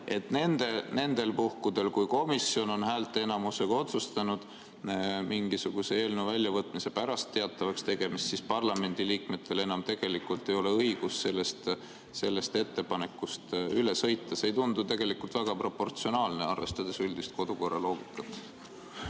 et nendel puhkudel, kui komisjon on häälteenamusega otsustanud mingisuguse eelnõu väljavõtmise pärast [päevakorra] teatavaks tegemist, siis parlamendiliikmetel enam tegelikult ei ole õigust sellest ettepanekust üle sõita? See ei tundu tegelikult väga proportsionaalne, arvestades kodukorra üldist